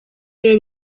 rero